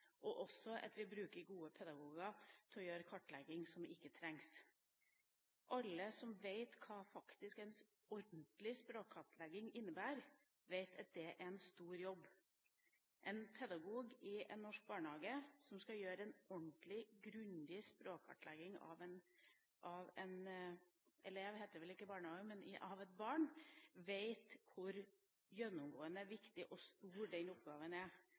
og også at vi bruker gode pedagoger til å gjøre kartlegging som ikke trengs. Alle som vet hva en ordentlig språkkartlegging faktisk innebærer, vet at det er en stor jobb. En pedagog i en norsk barnehage som skal gjøre en ordentlig, grundig språkkartlegging av et barn, vet hvor gjennomgående viktig og stor den oppgaven er. Da vil jeg at den oppgaven skal brukes på de ungene som trenger det, og